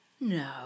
No